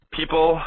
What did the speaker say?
people